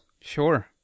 Sure